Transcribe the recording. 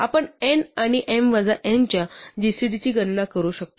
आपण n आणि m वजा n च्या gcd ची गणना करू इच्छितो